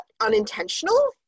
unintentional